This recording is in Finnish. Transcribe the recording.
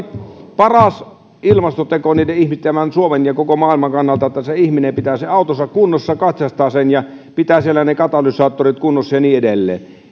paras ilmastoteko niiden ihmisten suomen ja koko maailman kannalta että ihminen pitää autonsa kunnossa katsastaa sen ja pitää siellä katalysaattorit kunnossa ja niin edelleen